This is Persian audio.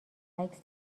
عکس